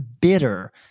bitter